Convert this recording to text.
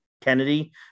Kennedy